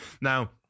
Now